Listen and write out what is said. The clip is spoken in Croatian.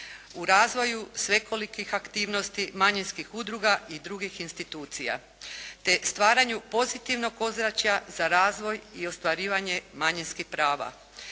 u razvoju svekolikih aktivnosti manjinskih udruga i drugih institucija te stvaranju pozitivnog ozračja za razvoj i ostvarivanje manjinskih prava.